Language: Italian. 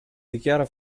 dichiara